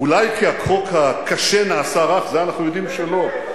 אולי כי החוק הקשה נעשה רך, זה אנחנו יודעים שלא.